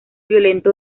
violento